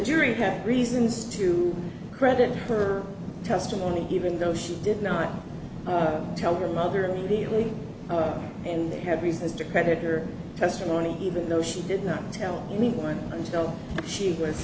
jury had reasons to credit her testimony even though she did not tell her mother immediately and they have reasons to creditor testimony even though she did not tell anyone until she was